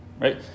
right